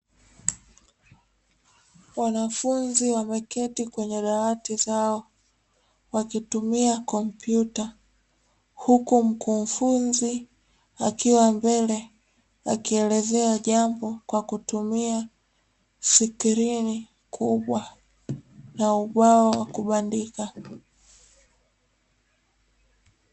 Wanafunzi wameketi kwenye dawati zao wakitumia kompyuta, huku mkufunzi akiwa mbele akielezea jambo kwa kutumia skrini kubwa na ubao wa kubandika.